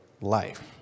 life